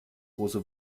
große